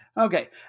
Okay